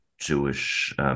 Jewish